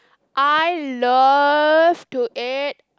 I love to eat